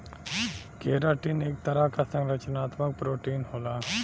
keratin एक तरह क संरचनात्मक प्रोटीन होला